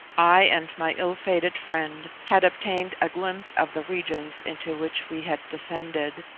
i and my ill-fated friend had obtained a glimpse of the regions into which we had descended,